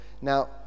Now